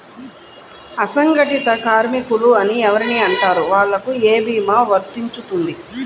అసంగటిత కార్మికులు అని ఎవరిని అంటారు? వాళ్లకు ఏ భీమా వర్తించుతుంది?